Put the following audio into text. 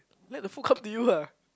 let the food come to you ah